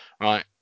right